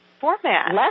format